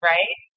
Right